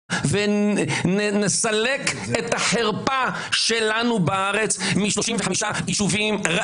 חובה ונסלק את החרפה שלנו מ-35 יישובים בארץ.